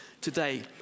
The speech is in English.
today